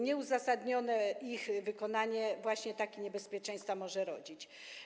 Nieuzasadnione ich wykonanie właśnie takie niebezpieczeństwa może rodzić.